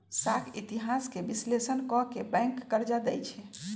साख इतिहास के विश्लेषण क के बैंक कर्जा देँई छै